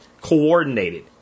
coordinated